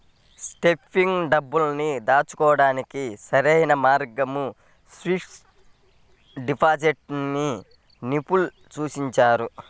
సేఫ్టీగా డబ్బుల్ని దాచుకోడానికి సరైన మార్గంగా ఫిక్స్డ్ డిపాజిట్ ని నిపుణులు సూచిస్తున్నారు